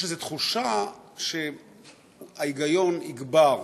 יש איזו תחושה שההיגיון יגבר.